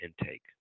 intake